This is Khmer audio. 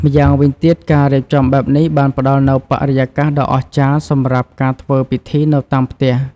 ម្យ៉ាងវិញទៀត ការរៀបចំបែបនេះបានផ្តល់នូវបរិយាកាសដ៏អស្ចារ្យសម្រាប់ការធ្វើពិធីនៅតាមផ្ទះ។